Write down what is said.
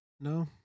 No